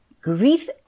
grief